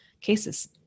cases